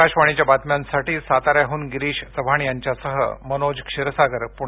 आकाशवाणीच्या बातम्यांसाठीसाताऱ्याहन गिरीष चव्हाणसह मनोज क्षीरसागर पुणे